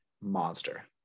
monster